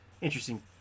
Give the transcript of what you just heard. Interesting